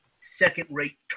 second-rate